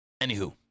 Anywho